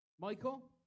Michael